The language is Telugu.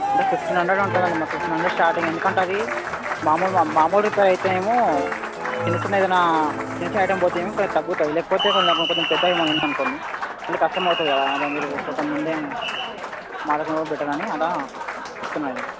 అంటే ఫిఫ్టీన్ హండ్రెడ్ ఉంటుంది అండి మరి ఫిఫ్టీన్ హండ్రెడ్ స్టార్టింగ్ ఎందుకంటే అది మామూలు మామూలు రిపేర్ అయితే ఏమో చిన్నచిన్న ఏదన్న చిన్న చిన్న ఐటెం అయితే ఏమో కొంచెం తగ్గుతుంది లేకపోతే కొంచెం పెద్దగా ఏమన్న ఉంది అనుకోండి మళ్ళీ కష్టమవుతుంది కదా మీరు కొంచెం ముందే మాట్లాడుకోవడం బెటర్ అని అలా చెప్తున్న నేను